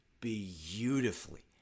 beautifully